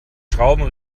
schrauben